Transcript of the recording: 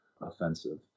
offensive